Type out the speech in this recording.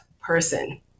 person